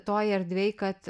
toj erdvėj kad